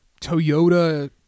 Toyota